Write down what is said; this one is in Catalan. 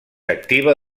activa